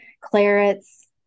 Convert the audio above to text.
clarets